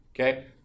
Okay